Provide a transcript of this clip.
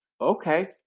okay